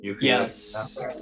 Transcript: Yes